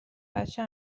بچه